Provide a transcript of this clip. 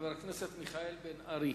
חבר הכנסת מיכאל בן-ארי.